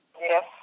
Yes